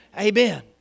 Amen